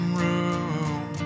room